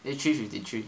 eh three fifty three